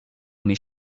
nommé